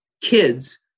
kids